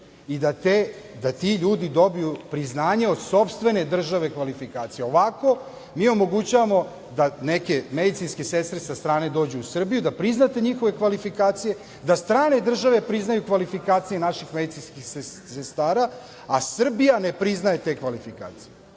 i da ti ljudi dobiju priznanje od sopstvene države kvalifikacije. Ovako, mi omogućavamo da neke medicinske sestre sa strane dođu u Srbiju, da priznate njihove kvalifikacije, da strane države priznaju kvalifikacije naših medicinskih sestara, a Srbija ne priznaje te kvalifikacije. To